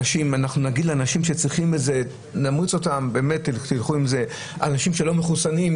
נמריץ אנשים שלא מחוסנים,